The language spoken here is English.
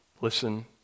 listen